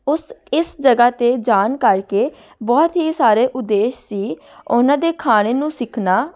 ਉਸ ਇਸ ਜਗ੍ਹਾ 'ਤੇ ਜਾਣ ਕਰਕੇ ਬਹੁਤ ਹੀ ਸਾਰੇ ਉਦੇਸ਼ ਸੀ ਉਹਨਾਂ ਦੇ ਖਾਣੇ ਨੂੰ ਸਿੱਖਣਾ